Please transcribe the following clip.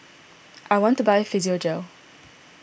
I want to buy Physiogel